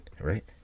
right